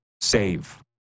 save